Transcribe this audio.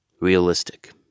Realistic